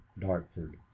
dartford